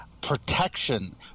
protection